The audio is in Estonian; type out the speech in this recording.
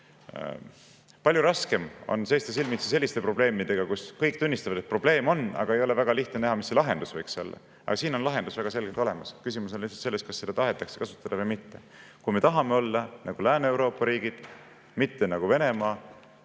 Palju raskem on seista silmitsi selliste probleemidega, mille puhul kõik tunnistavad, et probleem on, aga ei ole väga lihtne näha, mis see lahendus võiks olla. Siin on lahendus väga selgelt olemas, küsimus on lihtsalt selles, kas seda tahetakse kasutada või mitte. Kui me tahame olla nagu Lääne-Euroopa riigid, mitte nagu Venemaa,